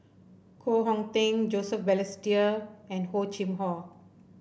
Koh Hong Teng Joseph Balestier and Hor Chim Or